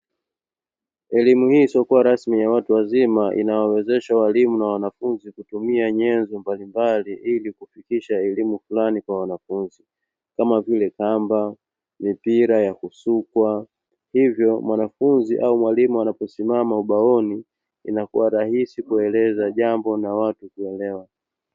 Elimu hii isiyokuwa rasmi ya watu wazima inawawezesha walimu na wanafunzi kutumia nyenzo mbalimbali ili kufikisha elimu fulani Kwa wanafunzi kama vile kamba, mipira ya kusukwa, hivyo mwanafunzi au mwalimu anaposimama ubaoni inakuwa rahisi kueleza jambo na watu kuelewa.